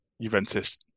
Juventus